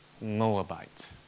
Moabite